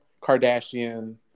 Kardashian